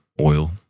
oil